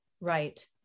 Right